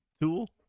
Tool